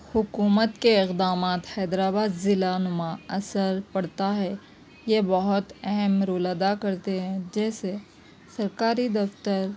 حکومت کے اقدامات حیدرآباد ضلع نما اثر پڑتا ہے یہ بہت اہم رول ادا کرتے ہیں جیسے سرکاری دفتر